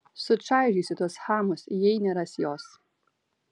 sučaižysiu tuos chamus jei neras jos